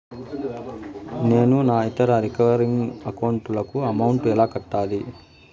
నేను నా ఇతర రికరింగ్ అకౌంట్ లకు అమౌంట్ ఎలా కట్టాలి?